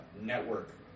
network